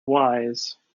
wise